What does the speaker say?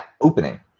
opening